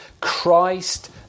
Christ